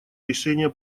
решения